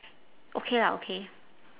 okay lah okay